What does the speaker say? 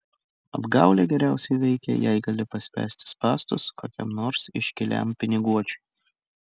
apgaulė geriausiai veikia jei gali paspęsti spąstus kokiam nors iškiliam piniguočiui